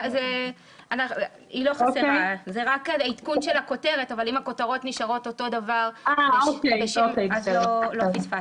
זה רק עדכון של הכותרת אבל אם הכותרות נשארות אותו דבר אז לא פספסתי.